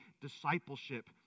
discipleship